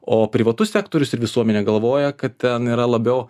o privatus sektorius ir visuomenė galvoja kad yra labiau